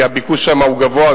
כי הביקוש שם גבוה.